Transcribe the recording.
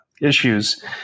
issues